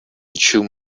shoe